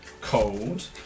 cold